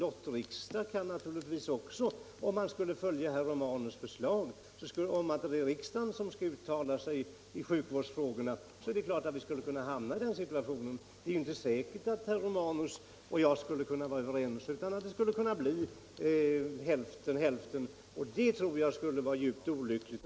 Om vi skulle följa herr Romanus förslag och denna lotteririksdag skulle uttala sig i sjukvårdsfrågorna, skulle vi naturligtvis kunna hamna i en lottningssituation. Det är ju inte säkert att herr Romanus och jag skulle vara överens, och ett voteringsresultat skulle kunna bli hälften mot hälften. Det tror jag skulle vara djupt olyckligt.